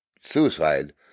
suicide